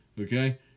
okay